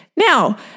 Now